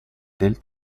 del